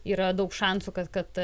yra daug šansų kad kad